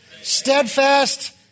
Steadfast